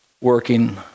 working